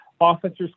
officers